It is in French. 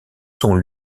son